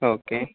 okay